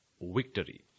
Victory